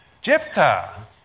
Jephthah